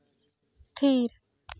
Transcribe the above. ᱛᱷᱤᱨ